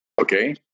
Okay